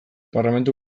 parlamentu